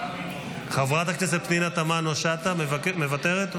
חברת הכנסת פנינה תמנו שטה, מוותרת?